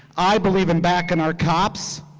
i believe in backing our cops.